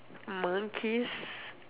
monkeys